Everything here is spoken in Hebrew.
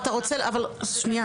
שנייה,